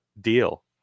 deal